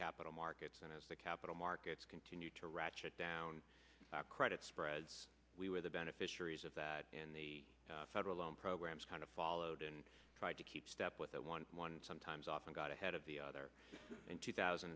capital markets and as the capital markets continue to ratchet down credit spreads we were the beneficiaries of that and the federal loan programs kind of followed and tried to keep step with one sometimes often got ahead of the other in two thousand